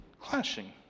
clashing